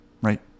right